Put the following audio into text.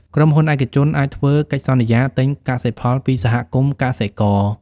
ក្រុមហ៊ុនឯកជនអាចធ្វើកិច្ចសន្យាទិញកសិផលពីសហគមន៍កសិករ។